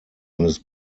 eines